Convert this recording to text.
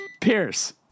Pierce